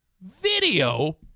video